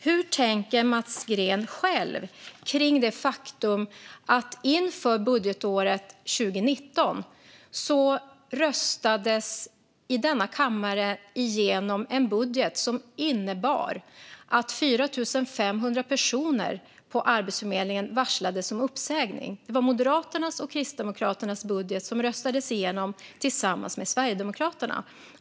Hur tänker Mats Green själv kring det faktum att man i denna kammare inför budgetåret 2019 röstade igenom en budget som innebar att 4 500 personer på Arbetsförmedlingen varslades om uppsägning? Det var Moderaternas och Kristdemokraternas budget, som man röstade igenom tillsammans med Sverigedemokraterna.